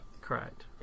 Correct